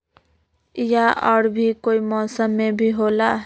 या और भी कोई मौसम मे भी होला?